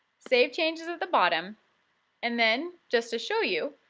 save changes at the bottom and then, just to show you,